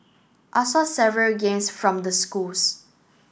I saw several games from the schools